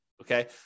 okay